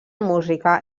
música